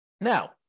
Now